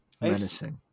menacing